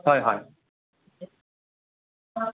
হয় হয়